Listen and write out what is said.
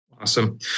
Awesome